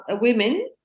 women